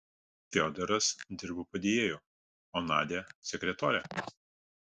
fiodoras dirbo padėjėju o nadia sekretore